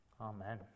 Amen